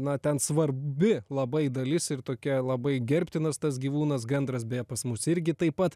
na ten svarbi labai dalis ir tokia labai gerbtinas tas gyvūnas gandras beje pas mus irgi taip pat